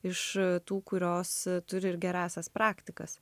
iš tų kurios turi ir gerąsias praktikas